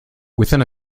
within